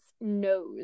knows